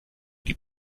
wohl